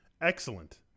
excellent